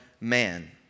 man